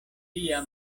lia